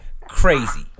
crazy